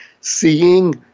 seeing